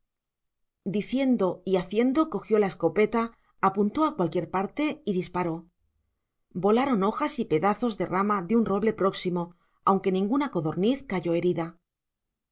diciendo y haciendo cogió la escopeta apuntó a cualquier parte y disparó volaron hojas y pedazos de rama de un roble próximo aunque ninguna codorniz cayó herida